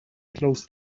close